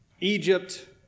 Egypt